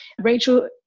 Rachel